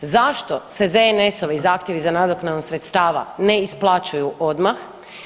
Zašto se ZNS-ovi zahtjevi za nadoknadom sredstava ne isplaćuju odmah?